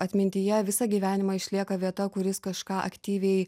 atmintyje visą gyvenimą išlieka vieta kur jis kažką aktyviai